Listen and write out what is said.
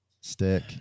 stick